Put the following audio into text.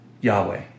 Yahweh